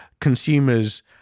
consumers